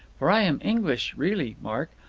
for i am english really, mark,